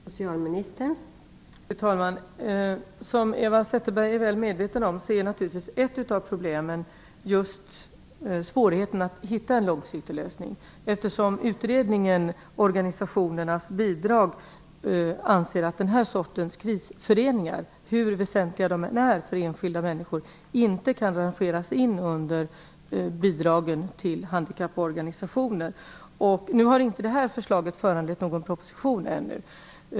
Fru talman! Som Eva Zetterberg är väl medveten om är ett av problemen naturligtvis just svårigheten att hitta en långsiktig lösning. Utredningen Organisationernas bidrag anser att den här sortens krisföreningar, hur väsentliga de än är för enskilda människor, inte kan rangeras in under bidragen till handikapporganisationer. Det här förslaget har inte föranlett någon proposition ännu.